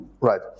Right